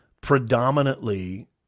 predominantly